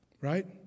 Right